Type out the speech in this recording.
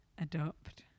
adopt